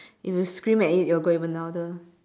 if you scream at it it will go even louder